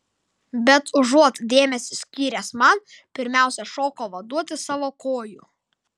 bet užuot dėmesio skyręs man pirmiausia šoko vaduoti savo kojų